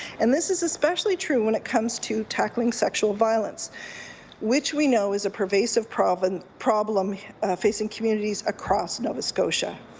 and this is especially true when it comes to tackling sexual violence which we know is a pur saysive problem problem facing communities across nova scotia.